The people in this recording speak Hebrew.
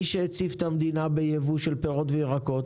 מי שהציף את המדינה בייבוא של פירות וירקות